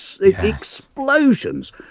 explosions